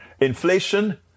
Inflation